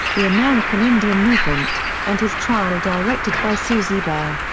the american indian movement, and his trial directed by suzie baer.